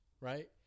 right